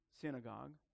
synagogue